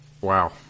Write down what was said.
wow